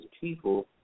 people